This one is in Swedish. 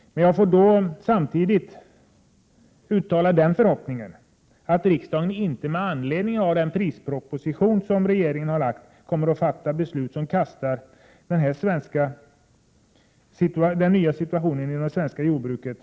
Men jag får samtidigt uttala den förhoppningen att riksdagen inte, med anledning av den prisproposition som regeringen har lagt fram, kommer att fatta beslut som vänder upp och ner på den nya situationen inom det svenska jordbruket.